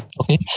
okay